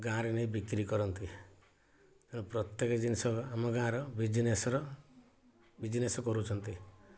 ଗାଁରେ ନେଇ ବିକ୍ରି କରନ୍ତି ଏଣୁ ପ୍ରତ୍ୟେକେ ଜିନଷ ଆମ ଗାଁର ବିଜିନେସର ବିଜିନେସ କରୁଛନ୍ତି